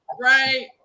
right